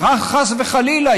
חס וחלילה,